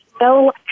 no